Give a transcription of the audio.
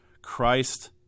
Christ